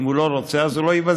אם הוא לא רוצה אז הוא לא יבזבז.